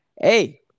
hey